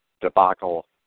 debacle